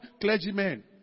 clergymen